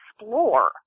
explore